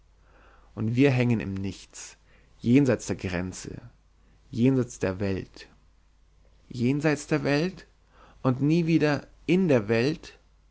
und wir hängend im nichts jenseits der grenze jenseits der welt jenseits der welt und nie wieder in der welt